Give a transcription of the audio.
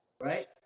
right